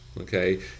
Okay